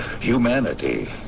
humanity